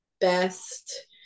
best